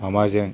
माबाजों